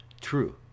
True